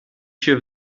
się